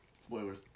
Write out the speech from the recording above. Spoilers